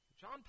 John